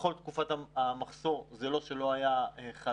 בכל תקופת המחסור זה לא שלא היה חלב